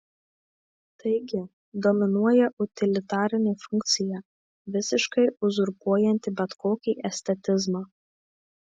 taigi dominuoja utilitarinė funkcija visiškai uzurpuojanti bet kokį estetizmą